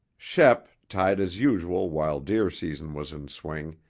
shep, tied as usual while deer season was in swing,